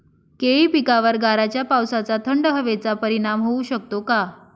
केळी पिकावर गाराच्या पावसाचा, थंड हवेचा परिणाम होऊ शकतो का?